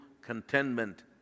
contentment